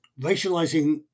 racializing